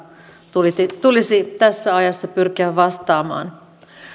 tulisi tulisi tässä ajassa pyrkiä vastaamaan